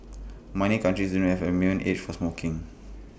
miny countries isn't have A minimum age for smoking